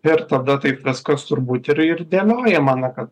ir tada taip viskas turbūt ir ir dėliojama na kad